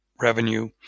revenue